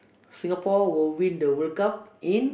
Singapore will win the World Cup in